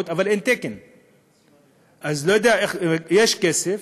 במדינת ישראל,